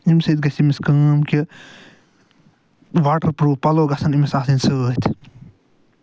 اَمہِ سۭتۍ گژھِ أمِس کٲم کہِ واٹر پروٗف پَلو گژھن تٔمِس آسٕنۍ سۭتۍ